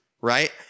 right